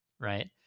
right